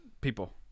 people